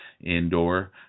indoor